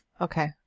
Okay